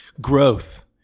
Growth